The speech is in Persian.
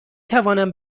توانم